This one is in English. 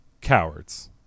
Cowards